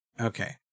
Okay